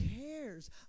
cares